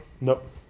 nope